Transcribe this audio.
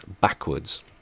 backwards